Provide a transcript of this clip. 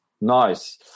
nice